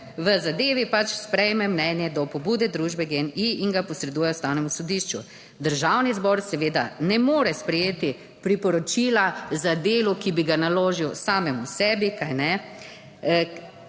v zadevi pač sprejme mnenje do pobude družbe Gen-I in ga posreduje Ustavnemu sodišču. Državni zbor seveda ne more sprejeti priporočila za delo, ki bi ga naložil samemu sebi, kajne,